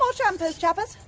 so champers, chappers?